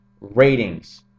Ratings